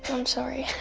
i'm sorry.